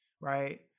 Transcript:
right